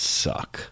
suck